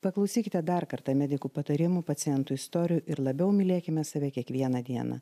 paklausykite dar kartą medikų patarimų pacientų istorijų ir labiau mylėkime save kiekvieną dieną